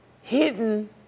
hidden